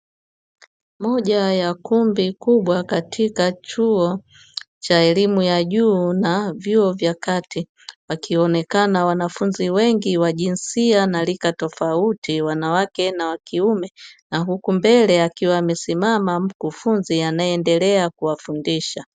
Moja ya kumbi kubwa katika chuo cha elimu ya juu na vyuo vya kati, wakionekana wanafunzi wengi wa jinsia na rika tofauti wanawake kwa wanaume na huku mbele akiwa amesimama mkufunzi akiwa anaendelea kuwafundisha